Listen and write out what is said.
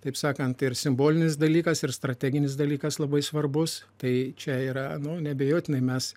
kaip sakant tai ir simbolinis dalykas ir strateginis dalykas labai svarbus tai čia yra nu neabejotinai mes